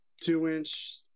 two-inch